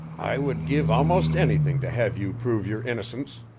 i would give almost anything to have you prove your innocence,